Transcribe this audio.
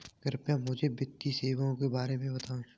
कृपया मुझे वित्तीय सेवाओं के बारे में बताएँ?